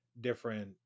different